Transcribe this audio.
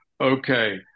okay